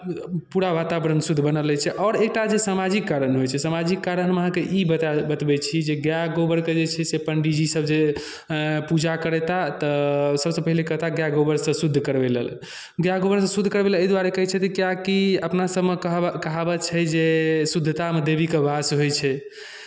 पूरा वातावरण शुद्ध बनल रहै छै आओर एकटा जे सामाजिक कारण होइ छै सामाजिक कारण हम अहाँकेँ ई बता बतबै छी जे गाए गोबरके जे छै से पण्डीजीसभ जे पूजा करेताह तऽ सभसँ पहिले कहता गाए गोबरसँ शुद्ध करबै लेल गाय गोबरसँ शुद्ध करबै लेल एहि दुआरे कहैत छथि किआकि अपना सभमे कहव कहावत छै जे शुद्धतामे देवीके वास होइत छै